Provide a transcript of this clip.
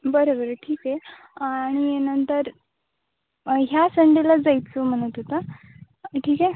बरं बरं ठीक आहे आणि नंतर ह्या संडेला जायचं म्हणतं होता ठीक आहे